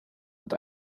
und